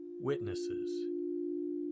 witnesses